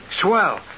Swell